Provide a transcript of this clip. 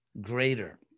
greater